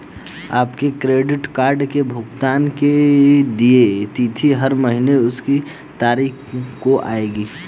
आपके credit card से भुगतान की देय तिथि हर महीने उसी तारीख को आएगी